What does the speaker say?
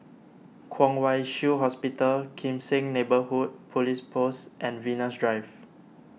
Kwong Wai Shiu Hospital Kim Seng Neighbourhood Police Post and Venus Drive